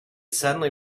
suddenly